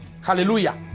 hallelujah